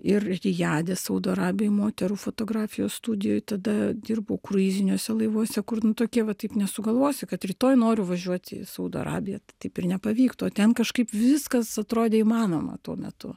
ir rijade saudo arabijoj moterų fotografijos studijoj tada dirbau kruiziniuose laivuose kur tokie va taip nesugalvosi kad rytoj noriu važiuoti į saudo arabiją taip ir nepavyktų o ten kažkaip viskas atrodė įmanoma tuo metu